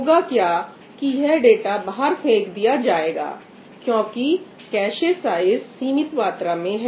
होगा क्या कि यह डाटा बाहर फेंक दिया जाएगा क्योंकि कैशे साइज सीमित मात्रा में है